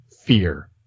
fear